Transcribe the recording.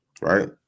right